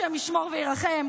השם ישמור וירחם.